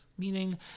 meaning